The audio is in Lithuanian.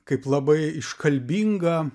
kaip labai iškalbingą